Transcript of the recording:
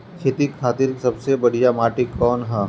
खेती खातिर सबसे बढ़िया माटी कवन ह?